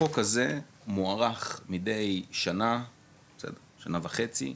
החוק הזה מוארך מידי שנה-שנה וחצי,